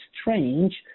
strange